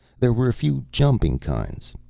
there were a few jumping kinds.